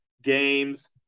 games